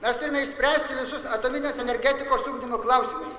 mes turime išspręsti visus atominės energetikos ugdymo klausimus